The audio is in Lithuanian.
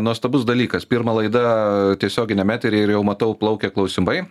nuostabus dalykas pirma laida tiesioginiam eteryje ir jau matau plaukia klausimai